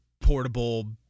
portable